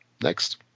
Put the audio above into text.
Next